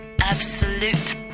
Absolute